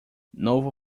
novo